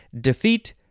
Defeat